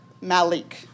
Malik